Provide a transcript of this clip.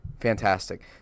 Fantastic